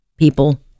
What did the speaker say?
People